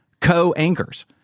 co-anchors